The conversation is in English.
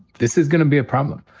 this is gonna be a problem.